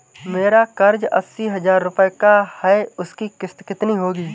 मेरा कर्ज अस्सी हज़ार रुपये का है उसकी किश्त कितनी होगी?